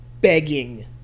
begging